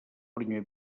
primer